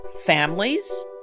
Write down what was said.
families